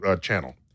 channel